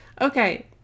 Okay